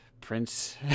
Prince